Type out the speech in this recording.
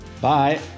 Bye